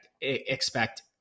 expect